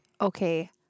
okay